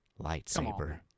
lightsaber